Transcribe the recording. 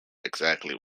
exactly